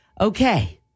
Okay